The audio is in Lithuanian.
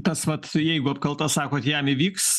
tas vat jeigu apkalta sakot jam įvyks